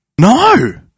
No